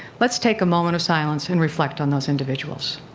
let's take a moment of silence and reflect on those individuals.